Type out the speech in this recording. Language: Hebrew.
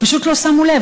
פשוט לא שמו לב.